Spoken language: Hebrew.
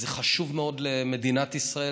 זה חשוב מאוד למדינת ישראל,